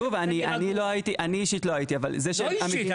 אני אישית לא הייתי, אבל --- לא אישית.